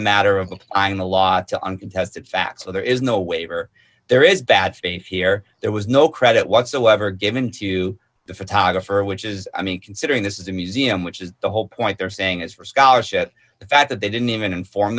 a matter of the i mean a lot to uncontested fact so there is no waiver there is bad faith here there was no credit whatsoever given to the photographer which is i mean considering this is a museum which is the whole point they're saying is for scholarship the fact that they didn't even inform